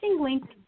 link